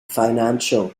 financial